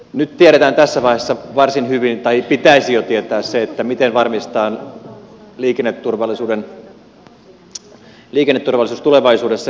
nyt tiedetään tässä vaiheessa varsin hyvin tai pitäisi jo tietää miten varmistetaan liikenneturvallisuus tulevaisuudessa